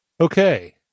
okay